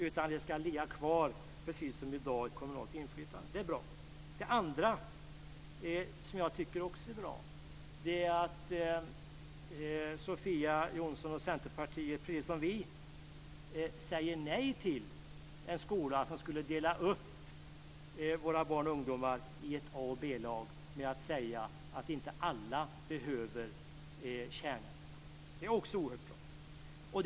Vi vill att skolan precis som i dag ska finnas kvar under kommunalt inflytande. Det är bra. Jag tycker också att det är bra att Sofia Jonsson och Centerpartiet precis som vi säger nej till en skola där man skulle dela upp våra barn och ungdomar i ett A-lag och ett B-lag genom att säga att inte alla behöver kärnämnena.